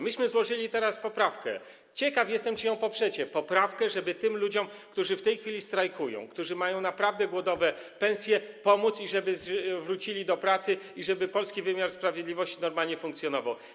Myśmy złożyli teraz poprawkę - ciekaw jestem, czy ją poprzecie - żeby tym ludziom, którzy w tej chwili strajkują, którzy mają naprawdę głodowe pensje, pomóc, tak żeby wrócili do pracy i żeby polski wymiar sprawiedliwości normalnie funkcjonował.